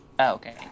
Okay